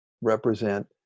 represent